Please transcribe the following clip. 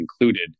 included